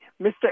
Mr